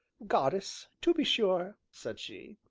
goddess, to be sure, said she